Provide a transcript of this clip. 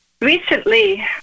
Recently